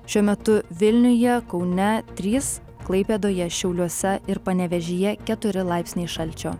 šiuo metu vilniuje kaune trys klaipėdoje šiauliuose ir panevėžyje keturi laipsniai šalčio